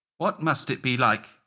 what must it be like,